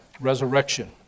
resurrection